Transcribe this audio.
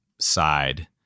side